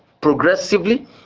progressively